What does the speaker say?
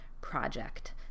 project